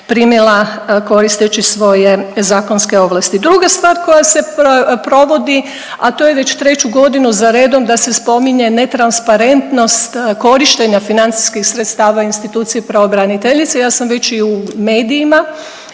primila koristeći svoje zakonske ovlasti. Druga stvar koja se provodi, a to je već treću godinu za redom da se spominje netransparentnost korištenja financijskih sredstava institucije pravobraniteljice. Ja sam već i u medijima,